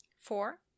Four